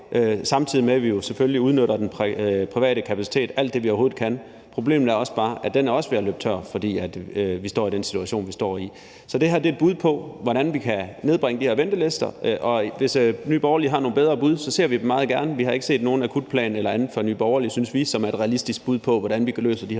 samtidig med at vi jo selvfølgelig udnytter den private kapacitet alt det, vi overhovedet kan. Problemet er bare, at den også er ved at løbe tør, fordi vi står i den situation, vi står i. Så det er her et bud på, hvordan vi kan nedbringe de her ventelister. Hvis Nye Borgerlige har nogen bedre bud, ser vi dem meget gerne. Vi har ikke set nogen akutplan eller andet fra Nye Borgerlige, som vi synes er et realistisk bud på, hvordan vi løser de her problemer.